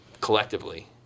collectively